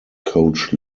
coach